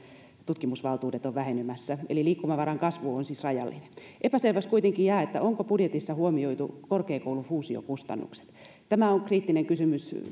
tutkimusvaltuudet ovat vähenemässä liikkumavaran kasvu on siis rajallinen epäselväksi kuitenkin jää onko budjetissa huomioitu korkeakoulujen fuusioiden kustannukset tämä on kriittinen kysymys